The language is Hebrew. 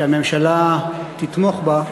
שהממשלה תתמוך בה,